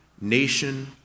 nation